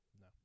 No